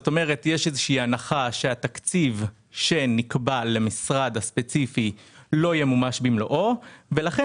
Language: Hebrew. איזושהי הנחה שהתקציב שנקבע למשרד הספציפי לא ימומש במלואו ולכן